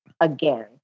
again